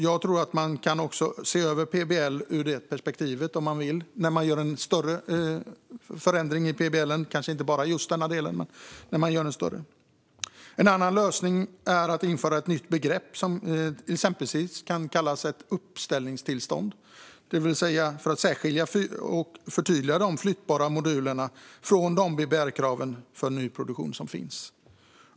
Jag tror att man kan se över även PBL ur det perspektivet om man vill, kanske inte bara i just denna del men när man gör en större förändring av PBL. En annan lösning är att införa ett nytt begrepp som man exempelvis kan kalla uppställningstillstånd för att förtydliga vad som är flyttbara moduler och särskilja dem från BBR-kraven för nyproduktion.